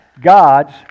God's